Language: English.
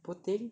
Putin